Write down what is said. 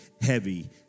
heavy